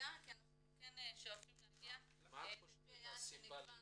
הירידה כי אנחנו כן שואפים להגיע ליעד שנקבע,